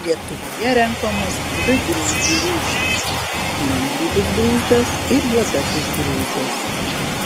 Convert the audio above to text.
lietuvoje renkamos dvi grūzdų rūšys piengrybis grūzdas ir juodasis grūzdas